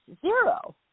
zero